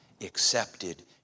accepted